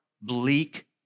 bleak